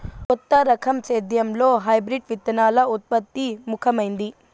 కొత్త రకం సేద్యంలో హైబ్రిడ్ విత్తనాల ఉత్పత్తి ముఖమైంది